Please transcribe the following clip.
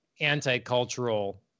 anti-cultural